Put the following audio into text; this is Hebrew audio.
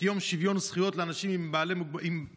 יום שוויון הזכויות לאנשים עם מוגבלויות.